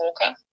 walker